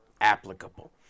applicable